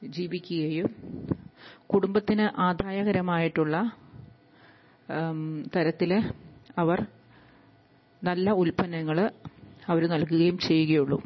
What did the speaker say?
ജീവിക്കുകയും കുടുംബത്തിന് ആദായകരമായിട്ടുള്ള തരത്തിൽ അവർ നല്ല ഉൽപ്പന്നങ്ങൾ അവർ നൽകുകയും ചെയ്യുകയുള്ളൂ